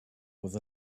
with